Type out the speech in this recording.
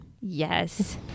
yes